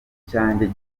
cyanjye